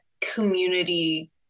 community